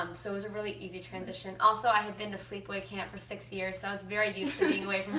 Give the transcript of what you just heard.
um so it was a really easy transition. also, i had been to sleep away camp for six years, so i was very used to being away